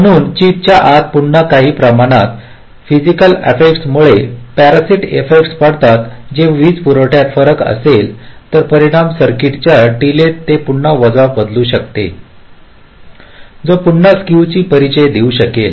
म्हणून चिप च्या आत पुन्हा काही प्रमाणात फयसिकल एफ्फेक्टमुळे पॅरासिट एफ्फेक्ट पडतात जर वीजपुरवठ्यात फरक असेल तर परिणामी सर्किट च्या डीलेत पुन्हा वजा बदलू शकेल जो पुन्हा स्केव चा परिचय देऊ शकेल